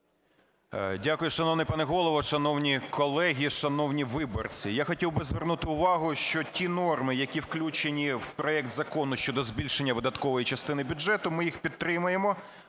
Дякую. Шановний пане Голово, шановні колеги, шановні виборці! Я хотів би звернути увагу, що ті норми, які включені в проект Закону щодо збільшення видаткової частини бюджету, ми їх підтримуємо,